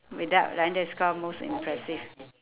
without like then that's called most impressive